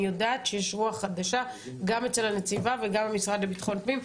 אני יודעת שיש רוח חדשה גם אצל הנציבה וגם במשרד לביטחון פנים,